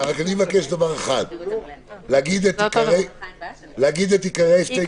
אני מבקש להגיד את עיקרי ההסתייגות,